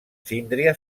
síndria